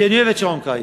אני אוהב את שעון הקיץ.